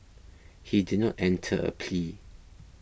he did not enter a plea